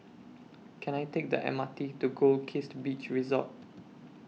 Can I Take The M R T to Goldkist Beach Resort